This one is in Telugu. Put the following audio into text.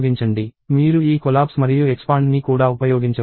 మీరు ఈ కొలాప్స్ మరియు ఎక్స్పాండ్ ని కూడా ఉపయోగించవచ్చు